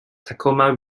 tacoma